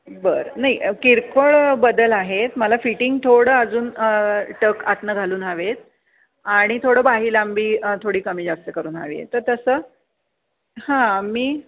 बरं नाही किरकोळ बदल आहेत मला फिटिंग थोडं अजून टक आतनं घालून हवे आहेत आणि थोडं बाही लांबी थोडी कमी जास्त करून हवी आहे तर तसं हां मी